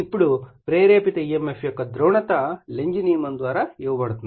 ఇప్పుడు ప్రేరేపిత emf యొక్క ధ్రువణత లెంజ్ నియమం ద్వారా ఇవ్వబడింది